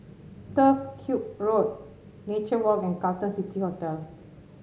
Turf Ciub Road Nature Walk and Carlton City Hotel